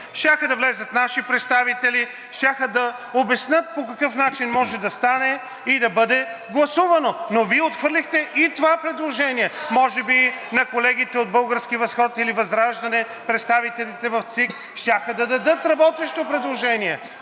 Щяха да влязат наши представители, щяха да обяснят по какъв начин може да стане и да бъде гласувано. Но Вие отхвърлихте и това предложение. Може би на колегите от „Български възход“ или ВЪЗРАЖДАНЕ представителите в ЦИК щяха да дадат работещо предложение.